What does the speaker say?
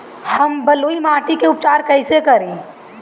हम बलुइ माटी के उपचार कईसे करि?